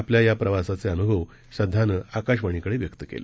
आपल्यायाप्रवासाचेअनुभवश्रद्धानंआकाशवाणीकडेव्यक्तकेले